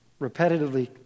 repetitively